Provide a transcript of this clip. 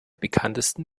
bekanntesten